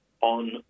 On